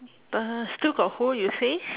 the still got who you say